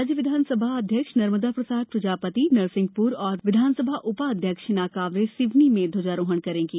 राज्य विधानसभा अध्यक्ष नर्मदा प्रसाद प्रजापति नरसिंहपुर और विधानसभा उपाध्यक्ष हिना काँवरे सिवनी में ध्वजारोहण करेंगे